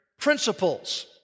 Principles